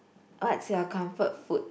what's your comfort food